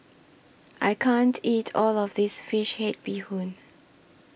I can't eat All of This Fish Head Bee Hoon